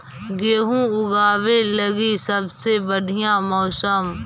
गेहूँ ऊगवे लगी सबसे बढ़िया मौसम?